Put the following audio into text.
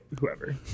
whoever